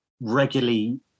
regularly